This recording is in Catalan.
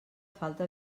falta